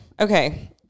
Okay